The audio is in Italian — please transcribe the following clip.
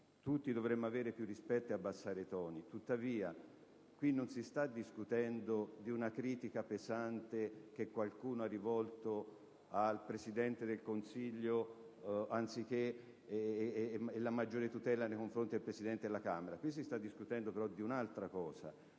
tutti dovremmo avere più rispetto e abbassare i toni. Tuttavia, qui non si sta discutendo di una critica pesante che qualcuno ha rivolto al Presidente del Consiglio, o della maggiore tutela nei confronti del Presidente della Camera: qui si sta discutendo di un'altra cosa.